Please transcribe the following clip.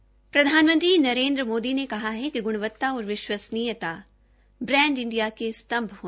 केह प्रधानमंत्री नरेन्द्र मोदी ने कहा है कि गुणवत्ता और विश्वसनीयता ब्रांड इंडिया के स्तंभ है